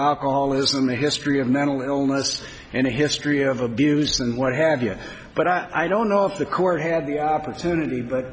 alcoholism a history of mental illness and a history of abuse and what have you but i don't know if the court had the opportunity